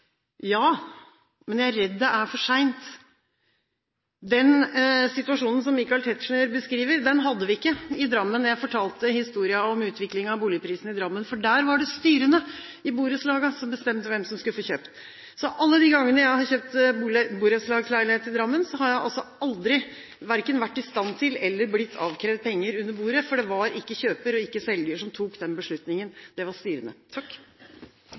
Ja, men jeg er redd det er for sent. Den situasjonen som Michael Tetzschner beskriver, hadde vi ikke i Drammen – jeg fortalte historien om utviklingen i boligprisene i Drammen – for der var det styrene i borettslagene som bestemte hvem som skulle få kjøpe. Så alle de gangene jeg har kjøpt borettslagsleilighet i Drammen, har jeg verken vært i stand til å betale – eller blitt avkrevd – penger under bordet, for det var ikke kjøper og ikke selger som tok den beslutningen – det var